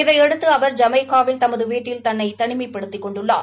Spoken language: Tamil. இதையடுத்து அவர் ஜமைக்காவில் தமது வீட்டில் தன்னை தனிமைப்படுத்திக் கொண்டுள்ளார்